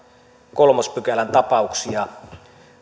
kolmospykälän tapauksia